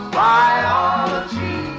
biology